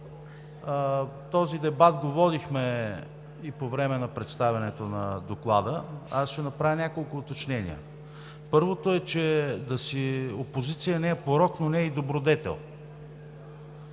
този дебат го водихме и по време на представянето на Доклада. Аз ще направя няколко уточнения. Първото е, че да си опозиция не е порок, но не е и добродетел.